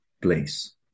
place